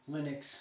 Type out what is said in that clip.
Linux